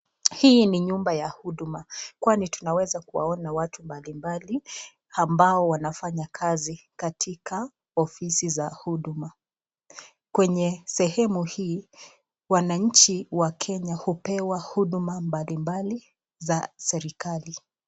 Hii ni nyumba ya huduma kwani tunaweza kuwaona watu mbalimbali ambao wanafanya kazi katika ofisi za huduma. Kwenye sehemu hii wananchi wa Kenya hupewa huduma mbalimbali za serikali.